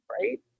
right